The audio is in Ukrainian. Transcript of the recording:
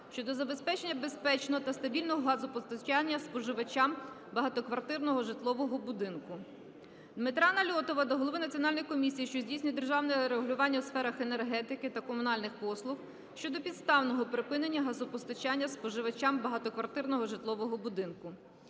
щодо забезпечення безпечного та стабільного газопостачання споживачам багатоквартирного житлового будинку. Дмитра Нальотова до голови Національної комісії, що здійснює державне регулювання у сферах енергетики та комунальних послуг щодо безпідставного припинення газопостачання споживачам багатоквартирного житлового будинку.